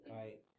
right